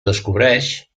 descobreix